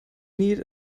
need